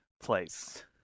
place